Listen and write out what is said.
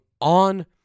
on